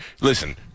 Listen